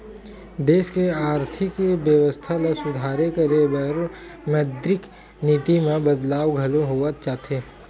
देस के आरथिक बेवस्था ल सुधार करे बर मौद्रिक नीति म बदलाव घलो होवत जाथे